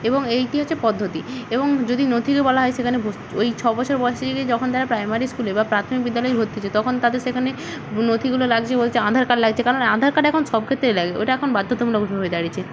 এবং এইটি হচ্ছে পদ্ধতি এবং যদি নথির বলা হয় সেখানে ওই ছ বছর বয়সে যদি যখন তারা প্রাইমারি স্কুলে বা প্রাথমিক বিদ্যালয়ে ভর্তি হচ্ছে তখন তাদের সেখানে নথিগুলো লাগছে বলছে আধার কার্ড লাগছে বলছে কারণ আধার কার্ড এখন সব ক্ষেত্রেই লাগে ওটা এখন বাধ্যতামূলক হয়ে দাঁড়িয়েছে